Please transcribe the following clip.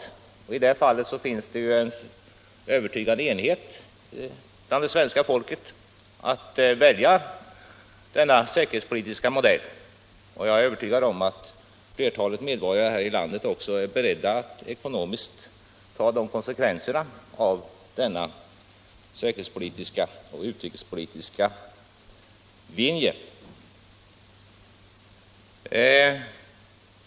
Om valet av denna säkerhetspolitiska modell råder det en övertygad enighet bland svenska folket. Jag är övertygad om att flertalet medborgare här i landet också är beredda att ekonomiskt ta konsekvenserna av denna säkerhetspolitiska och utrikespolitiska linje.